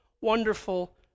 wonderful